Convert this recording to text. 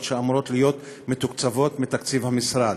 שאמורות להיות מתוקצבות מתקציב המשרד.